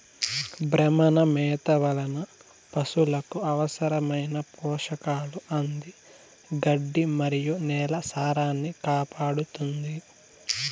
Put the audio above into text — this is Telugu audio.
భ్రమణ మేత వలన పసులకు అవసరమైన పోషకాలు అంది గడ్డి మరియు నేల సారాన్నికాపాడుతుంది